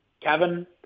Kevin